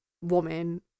woman